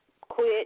quit